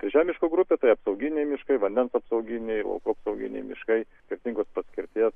trečia miškų grupė tai apsauginiai miškai vandens apsauginiai laukų apsauginiai miškai skirtingos paskirties